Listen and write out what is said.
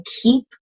keep